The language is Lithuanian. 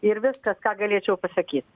ir viskas ką galėčiau pasakyt